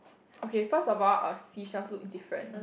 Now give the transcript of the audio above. okay first of all our seashell so different